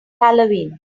halloween